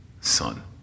son